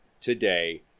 today